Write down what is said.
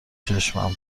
چشمم